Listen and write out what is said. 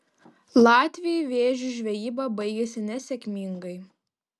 latviui vėžių žvejyba baigėsi nesėkmingai